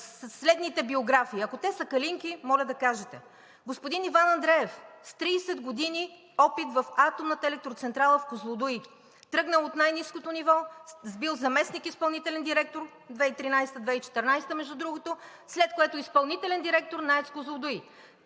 следните биографии. Ако те са „калинки“, моля да кажете: господин Иван Андреев с 30 години опит в Атомната електроцентрала в Козлодуй. Тръгнал е от най-ниското ниво, бил е заместник-изпълнителен директор 2013 – 2014 г., между другото, след което е изпълнителен директор на АЕЦ „Козлодуй“,